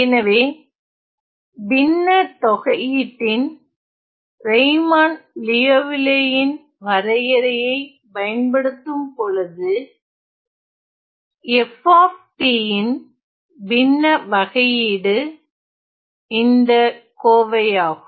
எனவே பின்ன தொகையீட்டின் ரெய்மான் லியோவில்லே ன் வரையறையை பயன்படுத்தும்பொழுது f ன் பின்ன வகையீடு இந்த கோவையாகும்